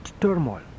turmoil